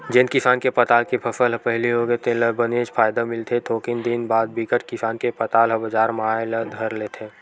जेन किसान के पताल के फसल ह पहिली होगे तेन ल बनेच फायदा मिलथे थोकिन दिन बाद बिकट किसान के पताल ह बजार म आए ल धर लेथे